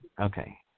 Okay